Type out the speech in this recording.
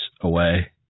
away